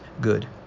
good